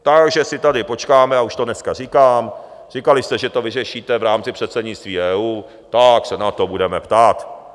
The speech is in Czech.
Takže si tady počkáme, a už to dneska říkám říkali jste, že to vyřešíte v rámci předsednictví EU, tak se na to budeme ptát.